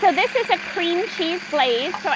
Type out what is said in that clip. this is a cream cheese glaze.